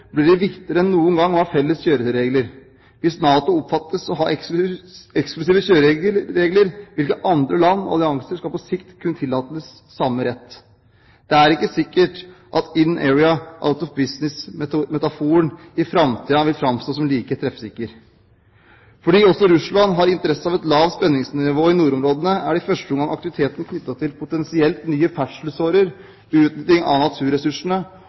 blir det viktigere enn noen gang å ha felles kjøreregler. Hvis NATO oppfattes å ha eksklusive kjøreregler – hvilke andre land, allianser, skal på sikt kunne tillates samme rett? Det er ikke sikkert at «in area, out of business»-metaforen i framtiden vil framstå som like treffsikker. Fordi også Russland har interesse av et lavt spenningsnivå i nordområdene, er det i første omgang aktiviteten knyttet til potensielt nye ferdselsårer, utnytting av naturressursene